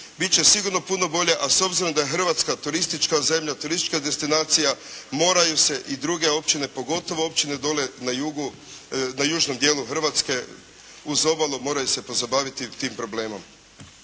Bit će sigurno puno bolje, a s obzirom da je Hrvatska turistička zemlja, turistička destinacija, moraju se i druge općine, pogotovo općine dole na jugu, na južnom dijelu Hrvatske, uz obalu moraju se pozabaviti tim problemom.